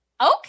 Okay